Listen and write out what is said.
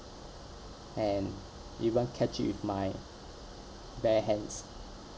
and even catch it with my bare hands